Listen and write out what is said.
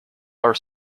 are